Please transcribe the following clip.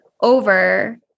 over